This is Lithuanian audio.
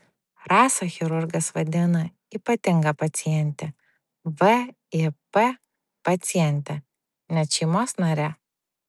rasą chirurgas vadina ypatinga paciente vip paciente net šeimos nare